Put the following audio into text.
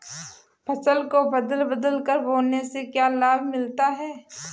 फसल को बदल बदल कर बोने से क्या लाभ मिलता है?